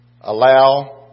Allow